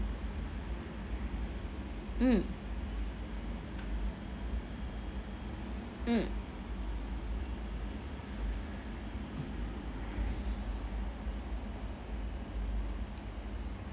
mm mm